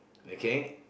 okay